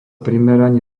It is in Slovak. primerane